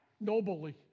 nobly